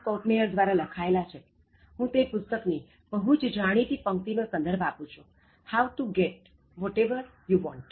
Kopmeyer દ્વારા લખાયેલા છે હું તે પુસ્તક ની બહુ જ જાણીતી પંક્તિ નો સંદર્ભ આપું છું How to Get Whatever You Want